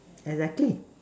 exactly